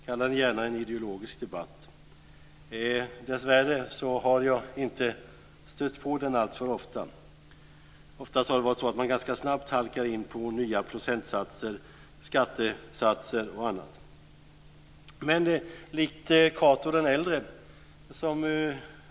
Kalla det gärna en ideologisk debatt. Dessvärre har jag inte stött på den alltför ofta. Oftast har det varit så att man ganska snabbt halkat in på nya procentsatser, skattesatser och annat. Cato d.ä.